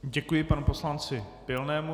Děkuji panu poslanci Pilnému.